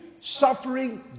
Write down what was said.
suffering